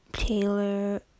Taylor